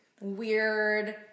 weird